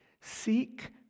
seek